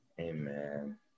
Amen